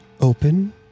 open